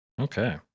Okay